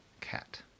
cat